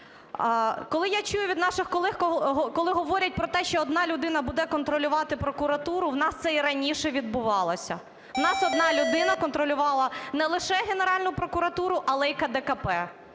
Коли я чую від наших колег, коли говорять про те, що 1 людина буде контролювати прокуратуру – в нас це і раніше відбувалося. В нас 1 людина контролювала не лише Генеральну прокуратуру, але і КДКП.